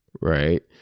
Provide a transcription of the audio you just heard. Right